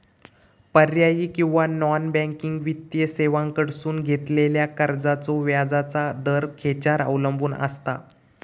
पर्यायी किंवा non banking वित्तीय सेवांकडसून घेतलेल्या कर्जाचो व्याजाचा दर खेच्यार अवलंबून आसता?